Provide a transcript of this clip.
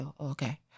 okay